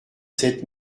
sept